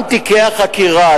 גם תיקי החקירה,